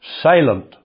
silent